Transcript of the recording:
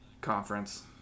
Conference